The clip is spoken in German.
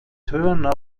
turner